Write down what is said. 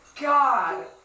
God